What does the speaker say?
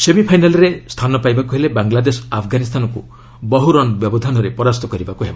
ସେମିଫାଇନାଲ୍ରେ ସ୍ଥାନ ପାଇବାକୁ ହେଲେ ବାଂଲାଦେଶ ଆଫଗାନିସ୍ତାନକୁ ବହୁ ରନ୍ ବ୍ୟବଧାନରେ ପରାସ୍ତ କରିବାକୁ ହେବ